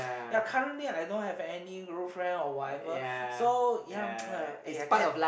ya currently I don't have any new friend or whatever so ya !aiya! can lah